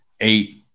Eight